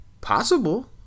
Possible